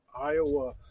Iowa